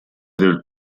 del